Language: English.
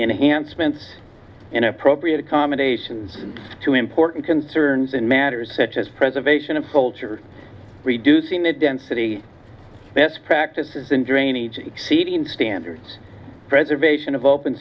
enhanced spent in appropriate accommodations to important concerns in matters such as preservation of soldier reducing the density best practices in drainage exceeding standards preservation of open